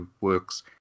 works